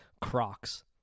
Crocs